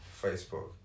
Facebook